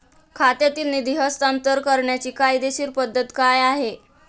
खात्यातील निधी हस्तांतर करण्याची कायदेशीर पद्धत काय आहे?